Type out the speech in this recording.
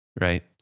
Right